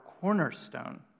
cornerstone